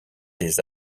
des